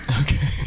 Okay